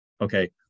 Okay